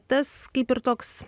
tas kaip ir toks